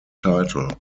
title